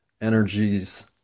energies